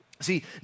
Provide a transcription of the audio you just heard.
See